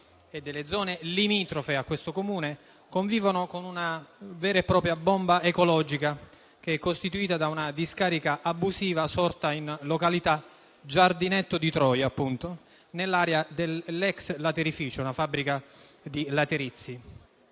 e delle zone limitrofe a questo Comune convivono con una vera e propria bomba ecologica, che è costituita da una discarica abusiva sorta in località Giardinetto di Troia, nell'area dell'*ex* laterificio, una fabbrica di laterizi.